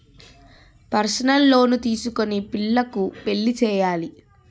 personal loan తీసుకొని పిల్లకు పెళ్లి చేయాలి